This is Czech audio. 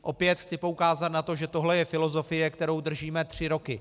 Opět chci poukázat na to, že tohle je filozofie, kterou držíme tři roky.